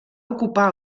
ocupar